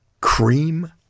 Cream